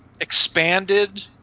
expanded